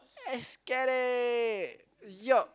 esketit yo